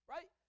Right